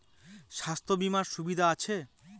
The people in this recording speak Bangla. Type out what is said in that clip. স্বাস্থ্য বিমার সুবিধা আছে?